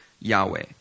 Yahweh